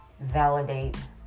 validate